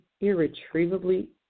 irretrievably